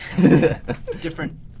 Different